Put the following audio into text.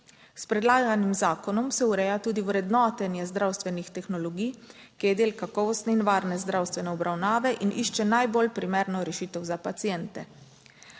S predlaganim zakonom se ureja tudi vrednotenje zdravstvenih tehnologij, ki je del kakovostne in varne zdravstvene obravnave in išče najbolj primerno rešitev za paciente.